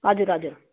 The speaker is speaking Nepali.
हजुर हजुर